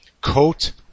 coat